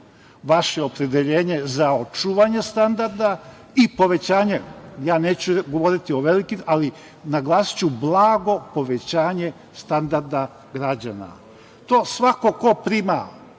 vaše opredeljenje za očuvanje standarda i povećanje. Neću govoriti o velikim, ali naglasiću blago povećanje standarda građana. To svako ko prima